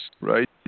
right